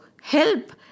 help